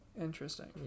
Interesting